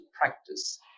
practice